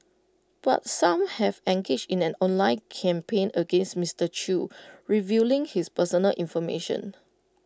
but some have engaged in an online campaign against Mister chew revealing his personal information